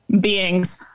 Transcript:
beings